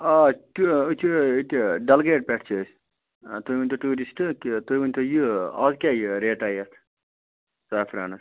آ أسۍ چھِ ییٚتہِ ڈلگیٹ پٮ۪ٹھٕ چھِ أسۍ تُہۍ ؤنۍتو ٹیوٗرِسٹہٕ کہِ تُہۍ ؤنۍتو یہِ اَز کیٛاہ یہِ ریٹاہ یَتھ سیفرانَس